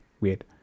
Weird